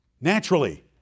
Naturally